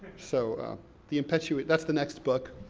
so the impetuate, that's the next book.